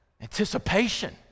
anticipation